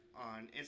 on